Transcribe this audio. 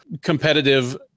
competitive